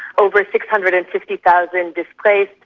over six hundred and fifty thousand displaced,